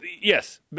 Yes